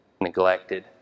neglected